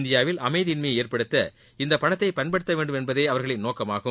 இந்தியாவில் அமைதியின்மையைஏற்படுத்த இந்தபணத்தைபயன்படுத்தவேண்டும் என்பதேஅவர்களதுநோக்கமாகும்